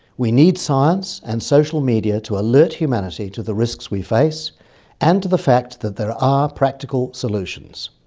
we need science and social media to alert humanity to the risks we face and to the fact that there are practical solutions.